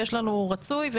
ויש רצוי,